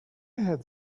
had